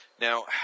Now